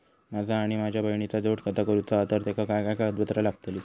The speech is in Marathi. माझा आणि माझ्या बहिणीचा जोड खाता करूचा हा तर तेका काय काय कागदपत्र लागतली?